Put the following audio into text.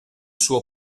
suo